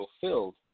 fulfilled